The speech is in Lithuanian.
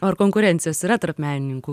ar konkurencijos yra tarp menininkų